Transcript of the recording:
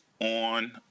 on